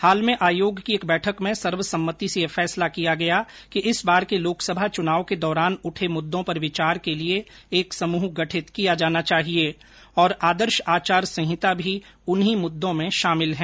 हाल में आयोग की एक बैठक में सर्वसम्मिति से यह फैसला किया गया कि इस बार के लोकसभा चुनाव के दौरान उठे मुद्दों पर विचार के लिए एक समूह गठित किया जाना चाहिए और आदर्श आचार संहिता भी उन्हीं मुद्दों में शामिल है